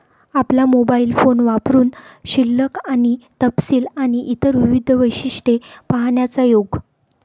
आपला mobile phone वापरुन शिल्लक आणि तपशील आणि इतर विविध वैशिष्ट्ये पाहण्याचा योग